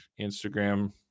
Instagram